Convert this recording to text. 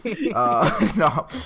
no